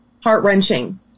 heart-wrenching